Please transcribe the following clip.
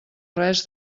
res